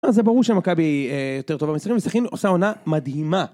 אז זה ברור שמכבי יותר טוב מסכנין וסכנין עושה עונה מדהימה